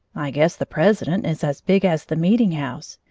i guess the president is as big as the meeting-house,